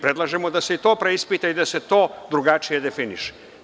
Predlažemo da se i to preispita i da se to drugačije definiše.